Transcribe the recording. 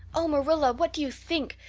oh, marilla, what do you think?